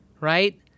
right